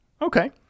Okay